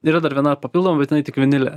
yra dar viena papildoma bet jinai tik vinile